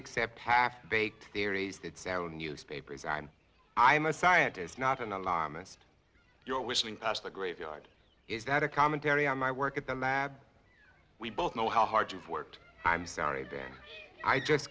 accept half baked theories that sound newspapers i'm i'm a scientist not an alarmist you're whistling past the graveyard is that a commentary on my work at the lab we both know how hard you've worked i'm sorry barry i just